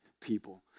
people